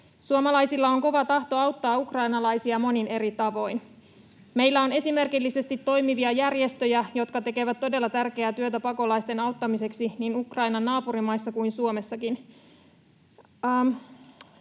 Suomalaisilla on kova tahto auttaa ukrainalaisia monin eri tavoin. Meillä on esimerkillisesti toimivia järjestöjä, jotka tekevät todella tärkeää työtä pakolaisten auttamiseksi niin Ukrainan naapurimaissa kuin Suomessakin.